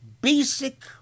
basic